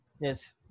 Yes